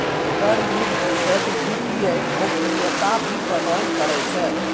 कर मुक्त क्षेत्र वित्तीय गोपनीयता भी प्रदान करै छै